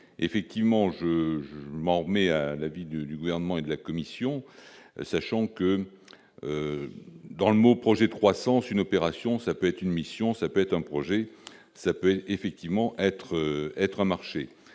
effectivement je, je, mais l'avis du gouvernement et de la Commission, sachant que dans le mot projet de croissance, une opération, ça peut être une mission, ça peut être un projet, ça peut effectivement être être marcher